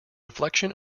reflection